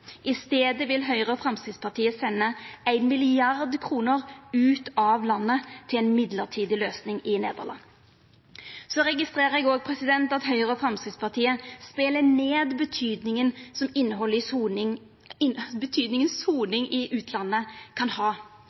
I staden vil Høgre og Framstegspartiet senda 1 mrd. kr ut av landet til ei mellombels løysing i Nederland. Så registrerer eg òg at Høgre og Framstegspartiet speler ned betydninga soning i utlandet kan ha. Dei viser til at fengselet i